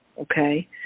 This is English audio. okay